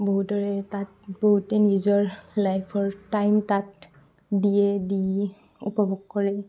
বহুতৰে তাত বহুতে নিজৰ লাইফৰ টাইম তাত দিয়ে দি উপভোগ কৰে